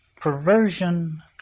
perversion